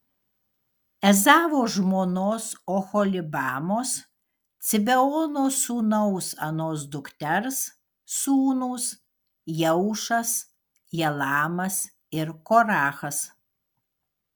ezavo žmonos oholibamos cibeono sūnaus anos dukters sūnūs jeušas jalamas ir korachas